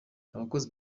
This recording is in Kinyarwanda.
abakozi